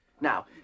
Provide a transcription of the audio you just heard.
Now